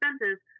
expenses